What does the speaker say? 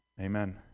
Amen